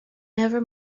never